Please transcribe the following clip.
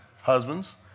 husbands